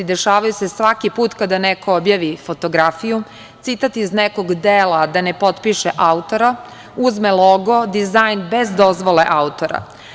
Dešavaju se svaki put kada neko objavi fotografiju, citat iz nekog dela, da ne potpiše autora, uzme logo, dizajn bez dozvole autora.